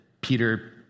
Peter